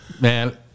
Man